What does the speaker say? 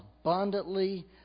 abundantly